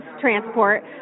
transport